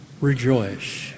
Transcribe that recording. Rejoice